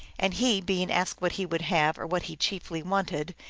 and he, being asked what he would have or what he chiefly wanted,